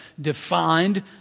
defined